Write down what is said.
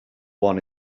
one